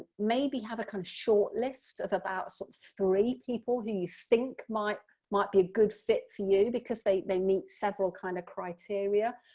maybe have a kind of short list of about some three people who you think might might be a good fit for you because they they meet several kind of criteria.